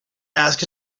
ask